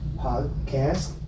podcast